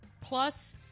Plus